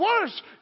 worse